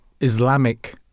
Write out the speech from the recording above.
Islamic